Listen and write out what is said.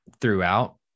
throughout